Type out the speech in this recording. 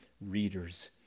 readers